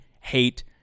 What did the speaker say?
hate